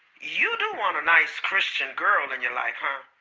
you do want a nice christian girl in your life, huh?